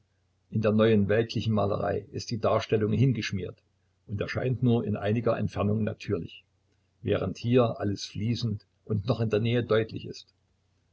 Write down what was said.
in der neuen weltlichen malerei ist die darstellung hingeschmiert und erscheint nur in einiger entfernung natürlich während hier alles fließend und noch in der nähe deutlich ist